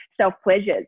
self-pleasures